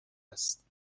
است